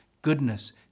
goodness